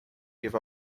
give